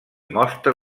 mostra